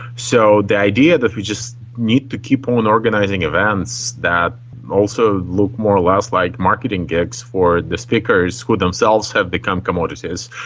so the idea that we just need to keep on organising events that also look more or less like marketing gigs for the speakers, who themselves have become commodities,